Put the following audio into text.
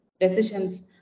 decisions